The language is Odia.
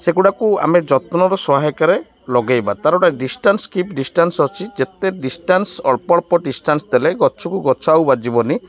ସେଗୁଡ଼ାକୁ ଆମେ ଯତ୍ନର ସହାୟକାରେ ଲଗେଇବା ତା'ର ଗୋଟେ ଡିଷ୍ଟାନ୍ସ କିପ୍ ଡିଷ୍ଟାନ୍ସ ଅଛି ଯେତେ ଡିଷ୍ଟାନ୍ସ ଅଳ୍ପ ଅଳ୍ପ ଡିଷ୍ଟାନ୍ସ ଦେଲେ ଗଛକୁ ଗଛ ଆଉ ବାଜିବନି